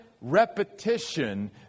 repetition